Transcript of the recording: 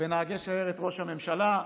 ונהגי שיירת ראש הממשלה.